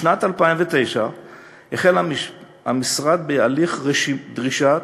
בשנת 2009 החל המשרד בהליך דרישת